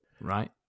right